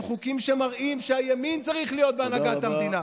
הם חוקים שמראים שהימין צריך להיות בהנהגת המדינה.